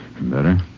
better